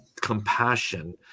compassion